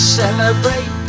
celebrate